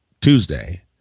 Tuesday